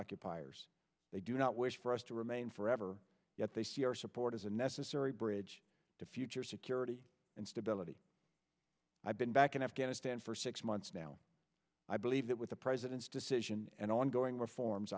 occupiers they do not wish for us to remain forever yet they see our support as a necessary bridge to future security and stability i've been back in afghanistan for six months now i believe that with the president's decision and ongoing reforms